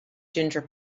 ginger